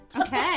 Okay